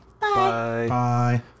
Bye